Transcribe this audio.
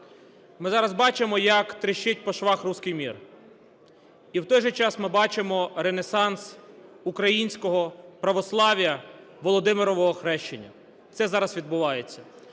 Ми зараз бачимо, як тріщить по швах "русский мир", і в той же час ми бачимо ренесанс українського православ'я, Володимирового охрещення. Це зараз відбувається.